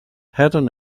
haddon